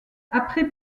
après